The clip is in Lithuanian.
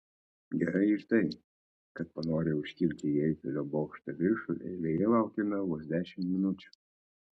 gerai ir tai kad panorę užkilti į eifelio bokšto viršų eilėje laukėme vos dešimt minučių